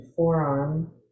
forearm